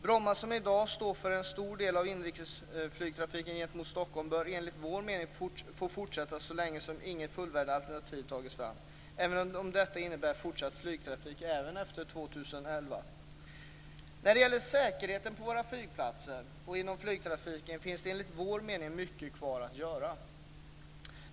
Bromma, som i dag står för en stor del av inrikesflygtrafiken till och från Stockholm, bör enligt vår mening få finnas kvar så länge som inget fullvärdigt alternativ tas fram, även om det innebär fortsatt flygtrafik efter 2011. När det gäller säkerheten på våra flygplatser och inom flygtrafiken finns det enligt vår mening mycket kvar att göra.